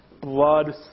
blood